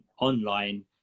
online